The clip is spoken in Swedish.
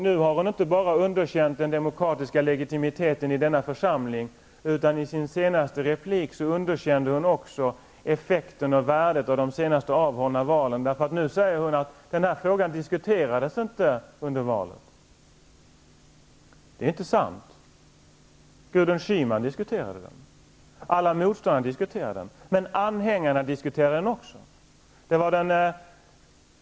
Nu har hon inte enbart underkänt den demokratiska legitimiteten i denna församling, utan i sin senaste replik underkände hon också effekten och värdet av det senast hållna valet. Gudrun Schyman sa att den här frågan inte diskuterades under valet. Det är inte sant! Gudrun Schyman och alla motståndare diskuterade den, och det gjorde även anhängarna.